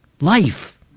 life